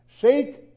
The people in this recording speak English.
Seek